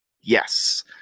yes